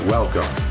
Welcome